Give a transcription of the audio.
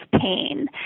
pain